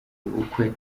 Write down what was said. ubukwe